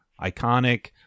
iconic